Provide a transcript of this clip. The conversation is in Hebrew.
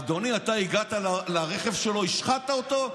אדוני, אתה הגעת לרכב שלו, השחתת אותו?